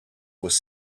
was